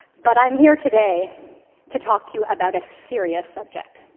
but i'm here today to talk to you about a serious subject.